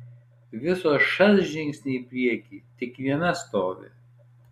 visos šast žingsnį į priekį tik viena stovi